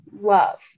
love